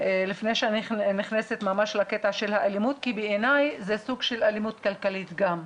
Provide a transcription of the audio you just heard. לפני שאני נכנסת לקטע של האלימות כי בעיניי זה סוג של אלימות כלכלית גם.